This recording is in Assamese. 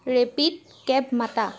rapid cab Mata